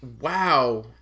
Wow